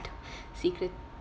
secret